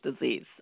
disease